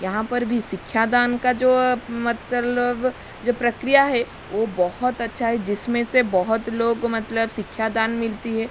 यहाँ पर भी शिक्षादान का जो मतलब जो प्रक्रिया है वो बहुत अच्छा है जिसमें से बहुत लोग मतलब शिक्षादान मिलती है